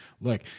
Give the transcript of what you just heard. Look